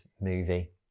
movie